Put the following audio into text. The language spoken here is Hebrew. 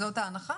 זאת ההנחה